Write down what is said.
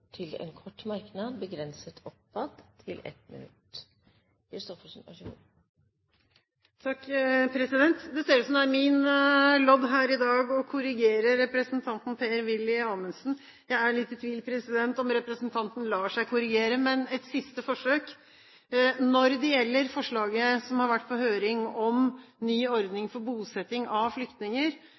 til en kort merknad, begrenset til 1 minutt. Det ser ut som om det er min lodd her i dag å korrigere representanten Per-Willy Amundsen. Jeg er litt i tvil om representanten lar seg korrigere, men et siste forsøk: Når det gjelder forslaget som har vært på høring, om ny ordning for bosetting av flyktninger,